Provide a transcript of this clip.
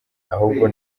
ahubwo